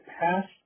past